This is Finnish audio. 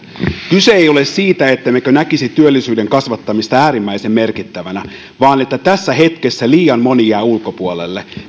kyse ei ole siitä ettemmekö näkisi työllisyyden kasvattamista äärimmäisen merkittävänä vaan siitä että tässä hetkessä liian moni jää ulkopuolelle